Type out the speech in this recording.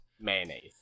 Mayonnaise